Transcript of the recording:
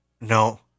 No